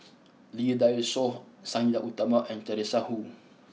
Lee Dai Soh Sang Nila Utama and Teresa Hsu